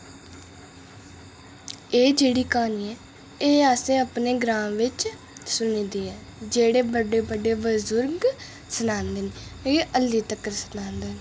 एह् जेह्ड़ी क्हानी ऐ एह् असें अपने ग्रांऽ बिच सुनी दी ऐ जेह्ड़े बड्डे बड्डे बजुर्ग की ओह् अल्ली तगर सनांदे न